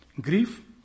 grief